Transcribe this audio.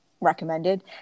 recommended